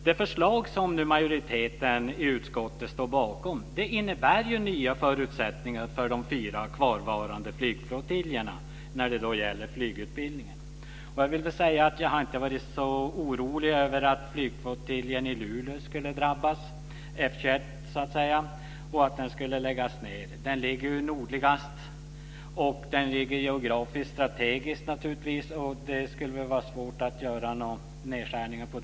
Det förslag som majoriteten i utskottet står bakom innebär nya förutsättningar för de fyra kvarvarande flygflottiljerna när det gäller flygutbildningen. Jag har inte varit så orolig över att flygflottiljen, F 21, i Luleå skulle drabbas och läggas ned. Den ligger ju nordligast och geografiskt strategiskt. Det skulle väl vara svårt att göra några nedskärningar där.